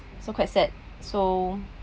so quite sad so